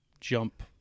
jump